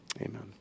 Amen